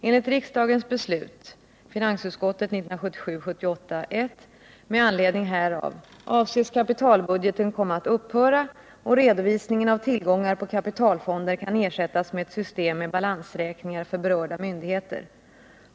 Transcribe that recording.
Enligt riksdagens beslut med anledning härav avses kapitalbudgeten komma att upphöra, och redovisningen av tillgångar på kapitalfonder kan ersättas med ett system med balansräkningar för berörda myndigheter.